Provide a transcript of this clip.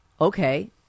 okay